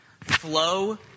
flow